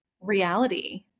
reality